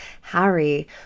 Harry